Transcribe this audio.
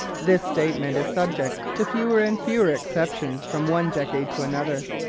this statement is subject to fewer and fewer exceptions from one decade to another,